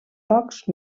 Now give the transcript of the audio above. pocs